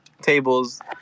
tables